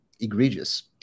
egregious